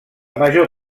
major